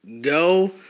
go